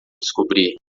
descobrir